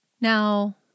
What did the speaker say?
Now